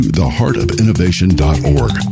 theheartofinnovation.org